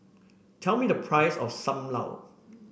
tell me the price of Sam Lau